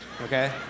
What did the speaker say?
okay